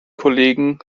kollegen